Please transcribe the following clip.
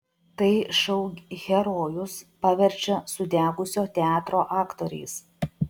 tai šou herojus paverčia sudegusio teatro aktoriais